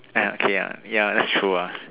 eh okay ya ya that's true ah